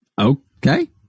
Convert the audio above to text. Okay